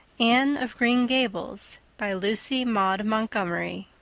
anne of green gables by lucy maud montgomery